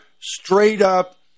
straight-up